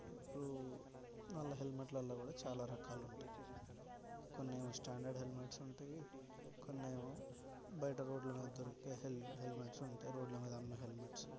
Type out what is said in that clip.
ఇప్పుడూ వాళ్ళ హెల్మెట్లలో కూడా చాలా రకాలు ఉంటాయి కొన్ని ఏమో స్టాండర్డ్ హెల్మెట్స్ ఉంటాయి కొన్ని ఏమో బయట రోడ్ల మీద దొరికే హెల్ హెల్మెట్స్ ఉంటాయి రోడ్ల మీద అమ్మే హెల్మెట్స్